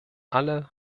alle